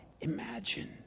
Imagine